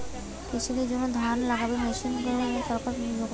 কৃষি দের জন্য ধান লাগানোর মেশিন কেনার জন্য সরকার কোন সুযোগ দেবে?